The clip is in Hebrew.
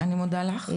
אני מודה לך.